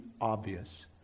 obvious